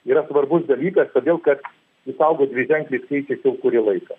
yra svarbus dalykas todėl kad jis auga dviženkliais skaičiais jau kurį laiką